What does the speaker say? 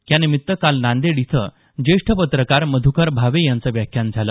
यानिमित्त काल नांदेड इथं ज्येष्ठ पत्रकार मधुकर भावे यांचं व्याख्यान झालं